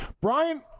brian